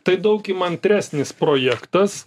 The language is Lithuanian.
tai daug įmantresnis projektas